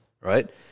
right